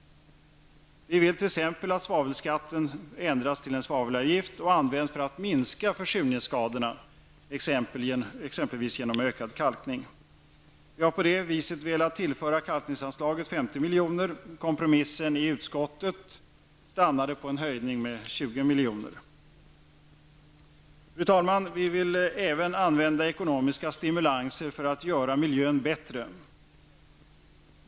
Vi vill t.ex. att svavelskatten ändras till en svavelavgift och används för att minska försurningsskadorna, exempelvis genom ökad kalkning. Vi har på det viset velat tillföra kalkningsanslaget 50 miljoner. Kompromissen i utskottet stannade på en höjning med 20 miljoner. Fru talman! Vi vill även använda ekonomiska stimulanser för att göra miljön bättre.